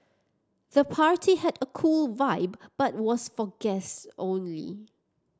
the party had a cool vibe but was for guests only